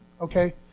okay